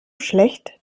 schlecht